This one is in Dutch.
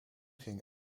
ging